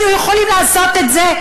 אם הם היו יכולים לעשות את זה,